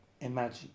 Imagine